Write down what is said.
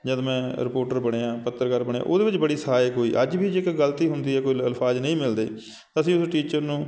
ਜਦੋਂ ਮੈਂ ਰਿਪੋਰਟਰ ਬਣਿਆ ਪੱਤਰਕਾਰ ਬਣਿਆ ਉਹਦੇ ਵਿੱਚ ਬੜੀ ਸਹਾਇਕ ਹੋਈ ਅੱਜ ਵੀ ਜੇ ਕੋਈ ਗਲਤੀ ਹੁੰਦੀ ਹੈ ਕੋਈ ਲ ਅਲਫਾਜ਼ ਨਹੀਂ ਮਿਲਦੇ ਅਸੀਂ ਉਸ ਟੀਚਰ ਨੂੰ